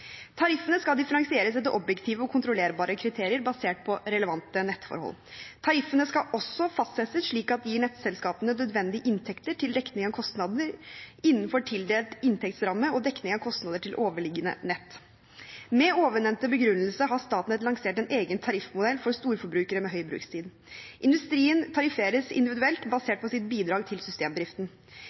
Tariffene skal differensieres etter objektive og kontrollerbare kriterier basert på relevante nettforhold. Tariffene skal også fastsettes slik at de gir nettselskapene nødvendige inntekter til dekning av kostnader innenfor tildelt inntektsramme og dekning av kostnader til overliggende nett. Med ovennevnte begrunnelse har Statnett lansert en egen tariffmodell for storforbrukere med høy brukstid. Industrien tarifferes individuelt basert på sitt bidrag til systemdriften.